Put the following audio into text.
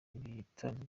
ibitaramo